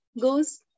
goes